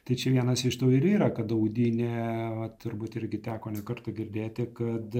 tai čia vienas iš tų ir yra kad audinė turbūt irgi teko ne kartą girdėti kad